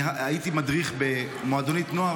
הייתי מדריך במועדונית נוער,